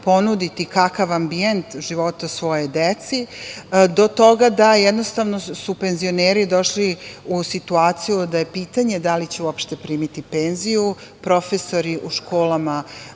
kakav ambijent života svojoj deci, do toga da jednostavno su penzioneri došli u situaciju da je pitanje da li će uopšte primiti penziju, profesori u školama